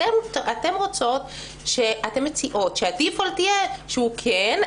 אתן מציעות שברירת המחדל תהיה שהוא כן,